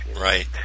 Right